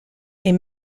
est